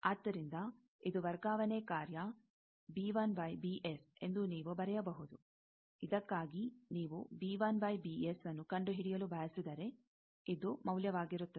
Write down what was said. ಆದ್ದರಿಂದ ಇದು ವರ್ಗಾವಣೆ ಕಾರ್ಯ ಎಂದು ನೀವು ಬರೆಯಬಹುದು ಇದಕ್ಕಾಗಿ ನೀವು ನ್ನು ಕಂಡುಹಿಡಿಯಲು ಬಯಸಿದರೆ ಇದು ಮೌಲ್ಯವಾಗಿರುತ್ತದೆ